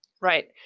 Right